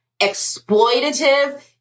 exploitative